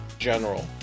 General